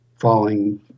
falling